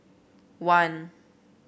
one